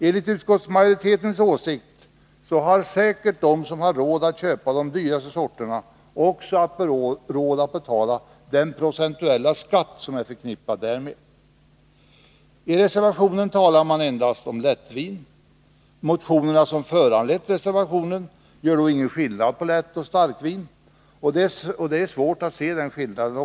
Enligt utskottsmajoritetens åsikt har säkert de som har råd att köpa de dyraste sorterna också råd att betala den procentuella skatt som är förknippad därmed. I reservationen talar man endast om lättvin. I de motioner som föranlett reservationen görs ingen skillnad på lättoch starkvin, och det är också svårt att se den skillnaden.